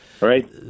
right